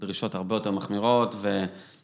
‫דרישות הרבה יותר מחמירות ו...